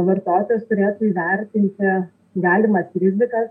vartotojas turėtų įvertinti galimas rizikas